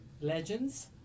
Legends